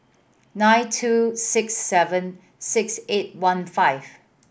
nine two six seven six eight one five